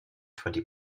twenty